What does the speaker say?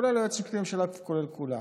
כולל היועץ המשפטי לממשלה וכולל כולם.